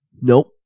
Nope